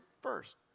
first